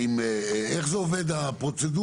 האם איך זה עובד הפרוצדורה?